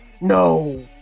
no